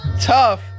tough